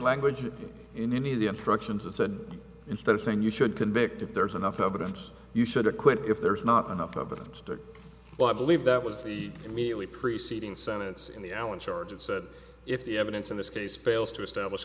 language in any of the instructions that said instead of saying you should convict if there's enough evidence you should acquit if there's not enough evidence to but i believe that was the immediately preceding sentence in the allen charge and said if the evidence in this case fails to establish